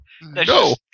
No